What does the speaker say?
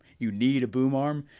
you need a boom arm.